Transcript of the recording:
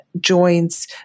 joints